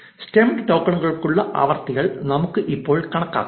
stemmed ടോക്കണുകൾക്കുള്ള ആവൃത്തികൾ നമുക്ക് ഇപ്പോൾ കണക്കാക്കാം